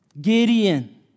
Gideon